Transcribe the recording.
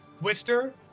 Wister